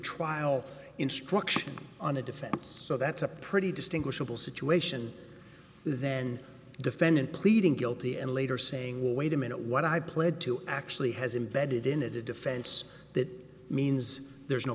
trial instruction on a defense so that's a pretty distinguishable situation then defendant pleading guilty and later saying well wait a minute what i pled to actually has embedded in a defense that means there's no